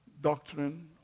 doctrine